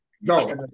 no